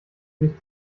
sich